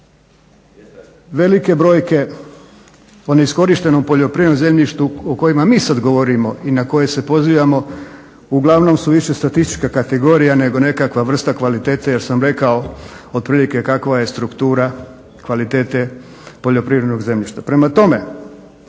Velike brojke o neiskorištenom poljoprivrednom zemljištu o kojima mi sad govorimo i na koje se pozivamo uglavnom su više statistička kategorija, nego nekakva vrsta kvalitete jer sam rekao otprilike kakva je struktura kvalitete poljoprivrednog zemljišta.